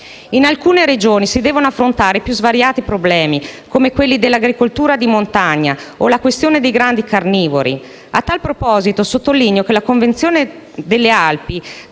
In alcune Regioni si devono affrontare i più svariati problemi, come quelli dell'agricoltura di montagna o la questione dei grandi carnivori. A tal proposito sottolineo che la Convenzione delle Alpi,